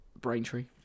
Braintree